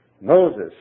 Moses